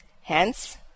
Hence